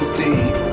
deep